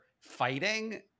fighting